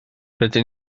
rydyn